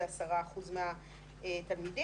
זה 10% מהתלמידים,